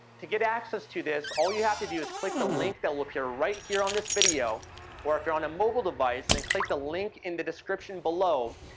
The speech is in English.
to get access to this, all you have to do is click the link that will appear right here on this video or if you are on a mobile device, then click the link in the description below.